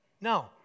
no